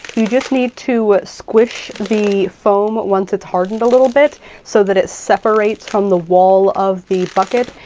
you just need to squish the foam once it's hardened a little bit so that it separates from the wall of the bucket,